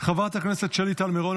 חברת הכנסת שלי טל מירון,